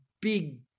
big